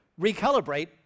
recalibrate